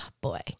boy